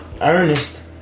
Ernest